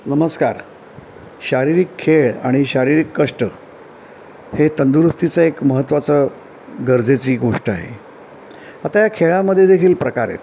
नमस्कार शारीरिक खेळ आणि शारीरिक कष्ट हे तंदुरुस्तीचं एक महत्वाचं गरजेची गोष्ट आहे आता या खेळामध्ये देखील प्रकार आहेत